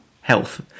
health